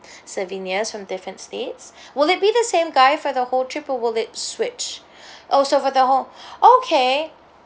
souvenirs from different states will it be the same guy for the whole trip or will it switch oh so for the whole okay